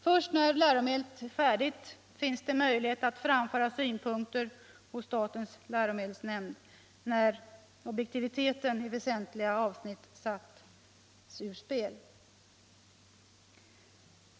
Först när läromedlet är färdigt finns en möjlighet att framföra synpunkter hos statens läromedelsnämnd, när objektiviteten i väsentliga avsnitt satts ur spel.